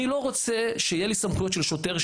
אני לא רוצה שיהיו לי סמכויות של שוטר.